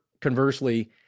conversely